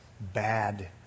bad